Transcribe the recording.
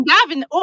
Gavin